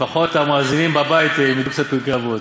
לפחות המאזינים בבית ילמדו קצת פרקי אבות.